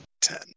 Ten